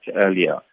earlier